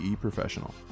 professional